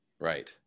Right